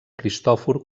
cristòfor